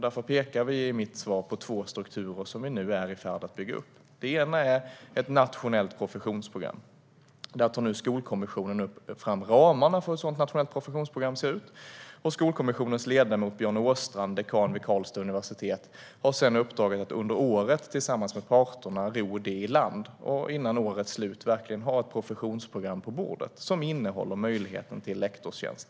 Därför pekar jag i mitt svar på två strukturer som vi nu är i färd med att bygga upp. Den ena är ett nationellt professionsprogram. Skolkommissionen tar nu fram ramarna för hur ett sådant program ska se ut, och Skolkommissionens ledamot Björn Åstrand, dekan vid Karlstads universitet, har sedan uppdraget att under året tillsammans med parterna ro det i land och före årets slut verkligen ha ett professionsprogram på bordet som innehåller möjligheten till lektorstjänst.